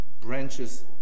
branches